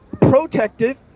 protective